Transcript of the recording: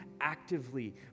actively